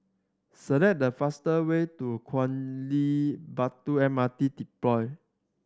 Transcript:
select the faster way to Batu M R T